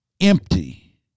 empty